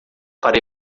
para